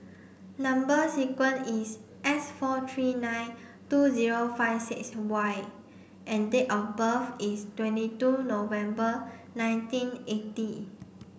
number sequence is S four three nine two zero five six Y and date of birth is twenty two November nineteen eighty